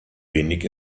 wenig